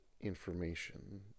information